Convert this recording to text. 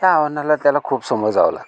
या आव्हानाला त्याला खूप सामोरं जायला लागतं